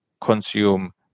consume